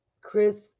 Chris